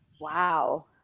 Wow